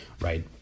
right